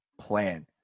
plan